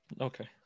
Okay